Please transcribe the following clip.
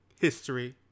History